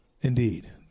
Indeed